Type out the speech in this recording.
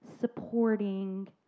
supporting